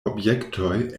objektoj